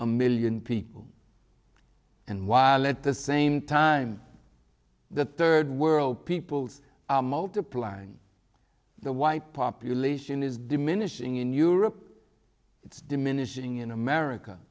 a million people and while at the same time the third world peoples are multiplying the white population is diminishing in europe it's diminishing in america